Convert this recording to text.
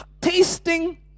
tasting